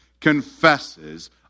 confesses